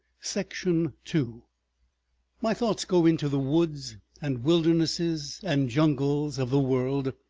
section two my thoughts go into the woods and wildernesses and jungles of the world,